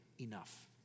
enough